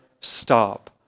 stop